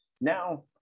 now